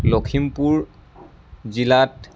লখিমপুৰ জিলাত